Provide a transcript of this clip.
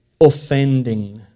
offending